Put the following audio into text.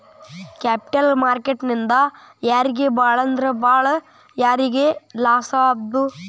Capital market ನಿಂದಾ ಯಾರಿಗ್ ಭಾಳಂದ್ರ ಭಾಳ್ ಯಾರಿಗ್ ಲಾಸಾಗ್ಬೊದು?